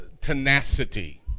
tenacity